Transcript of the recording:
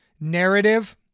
narrative